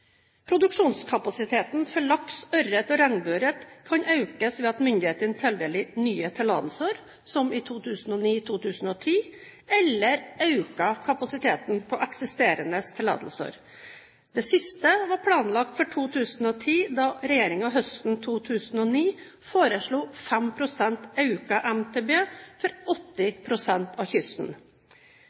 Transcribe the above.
Produksjonskapasiteten for laks, ørret og regnbueørret kan økes ved at myndighetene tildeler nye tillatelser, som i 2009–2010, eller øker kapasiteten på eksisterende tillatelser. Det siste var planlagt for 2010 da regjeringen høsten 2009 foreslo 5 pst. økt MTB for 80 pst. av kysten.